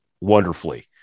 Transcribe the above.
wonderfully